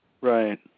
Right